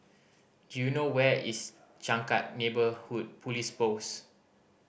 do you know where is Changkat Neighbourhood Police Post